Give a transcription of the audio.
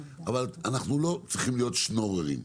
אבל אנחנו לא צריכים להיות שנוררים.